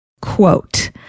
Quote